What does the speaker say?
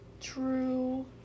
True